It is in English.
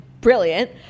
brilliant